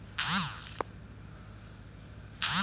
Online पैसा जमा हते लोन वाला में?